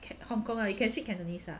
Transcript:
hong kong ah you can speak cantonese ah